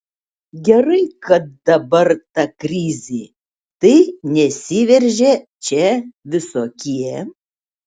gerai kad dabar ta krizė tai nesiveržia čia visokie